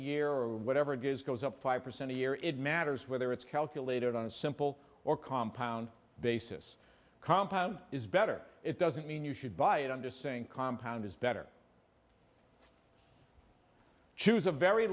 year or whatever it is goes up five percent a year it matters whether it's calculated on a simple or compound basis compound is better it doesn't mean you should buy it under saying compound is better choose a very